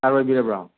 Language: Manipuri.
ꯁꯥꯔ ꯑꯣꯏꯕꯤꯔꯕ꯭ꯔꯣ